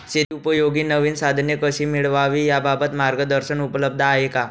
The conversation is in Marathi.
शेतीउपयोगी नवीन साधने कशी मिळवावी याबाबत मार्गदर्शन उपलब्ध आहे का?